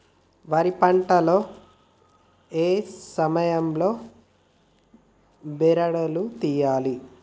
వరి పంట లో ఏ సమయం లో బెరడు లు తియ్యాలి?